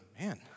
man